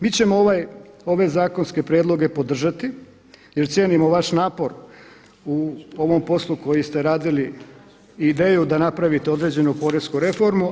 Mi ćemo ove zakonske prijedloge podržati jer cijenimo vaš napor u ovom poslu koji ste radili i ideju da napravite određenu poresku reformu.